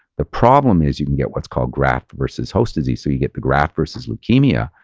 the problem is you can get what's called graft versus host disease, so you get the graft versus leukemia,